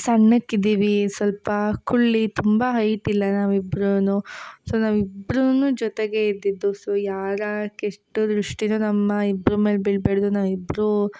ಸಣ್ಣಕ್ಕೆ ಇದ್ದೀವಿ ಸ್ವಲ್ಪ ಕುಳ್ಳಿ ತುಂಬ ಹೈಟಿಲ್ಲ ನಾವು ಇಬ್ರೂ ಸೊ ನಾವು ಇಬ್ರೂ ಜೊತೆಗೆ ಇದ್ದಿದ್ದು ಸೊ ಯಾರ ಕೆಟ್ಟ ದೃಷ್ಟಿಯೂ ನಮ್ಮ ಇಬ್ರ ಮೇಲೆ ಬೀಳ್ಬಾಡ್ದು ನಾವಿಬ್ರೂ